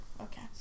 Okay